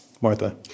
Martha